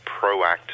proactive